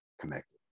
connected